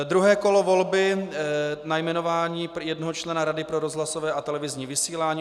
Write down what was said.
Druhé kolo volby na jmenování jednoho člena Rady pro rozhlasové a televizní vysílání.